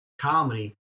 comedy